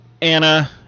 Anna